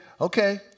okay